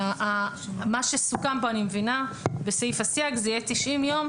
מה שסוכם בסעיף הסייג זה יהיה 90 יום,